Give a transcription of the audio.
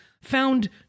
found